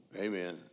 amen